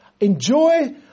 enjoy